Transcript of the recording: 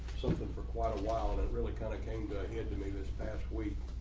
something for quite a while that really kind of came to a head to me this past week.